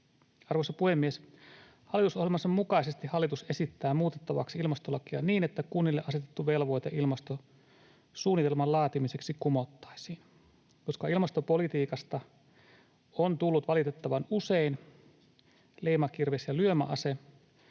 Arvoisa puhemies! Hallitusohjelmansa mukaisesti hallitus esittää muutettavaksi ilmastolakia niin, että kunnille asetettu velvoite ilmastosuunnitelman laatimiseksi kumottaisiin. Koska ilmastopolitiikasta on tullut valitettavan usein leimakirves ja lyömäase,